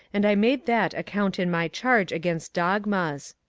and i made that a count in my charge against dogmas.